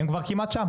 הן כבר כמעט שם.